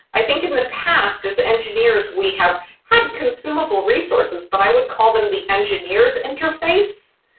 i think in the past, as engineers, we have had consumable resources, but i would call them the engineers interface.